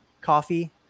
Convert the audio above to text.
coffee